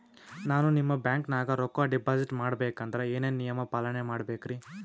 ನಾನು ನಿಮ್ಮ ಬ್ಯಾಂಕನಾಗ ರೊಕ್ಕಾ ಡಿಪಾಜಿಟ್ ಮಾಡ ಬೇಕಂದ್ರ ಏನೇನು ನಿಯಮ ಪಾಲನೇ ಮಾಡ್ಬೇಕ್ರಿ?